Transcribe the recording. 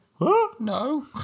No